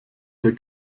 der